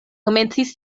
komencis